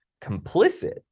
complicit